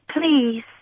Please